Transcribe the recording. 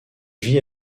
vit